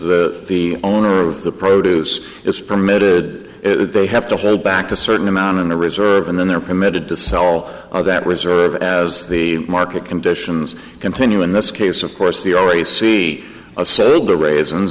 that the owner of the produce is permitted they have to hold back a certain amount in the reserve and then they're permitted to sell all of that reserve as the market conditions continue in this case of course the r a c a so the raisins